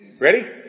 Ready